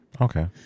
Okay